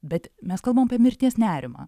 bet mes kalbam apie mirties nerimą